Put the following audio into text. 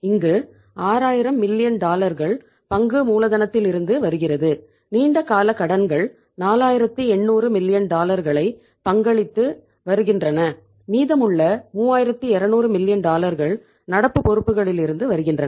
இங்கு 6000 மில்லியன் நடப்பு பொறுப்புகளிலிருந்து வருகின்றன